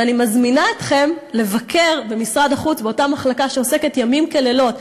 ואני מזמינה אתכם לבקר במשרד החוץ באותה מחלקה שעוסקת ימים כלילות,